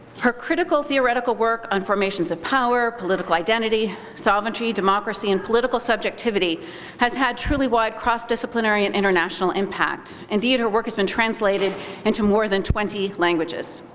her critical theoretical work on formations of power, political identity, sovereignty, democracy, and political subjectivity has had truly wide cross-disciplinary and international impact. indeed, her work has been translated into more than twenty languages.